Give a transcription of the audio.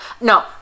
No